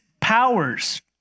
powers